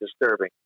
disturbing